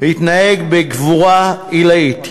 הוא התנהג בגבורה עילאית.